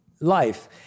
life